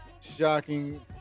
shocking